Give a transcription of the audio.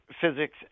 physics